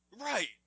Right